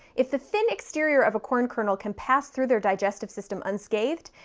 if the thin exterior of a corn kernel can pass through their digestive system unscathed,